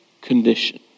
condition